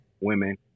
women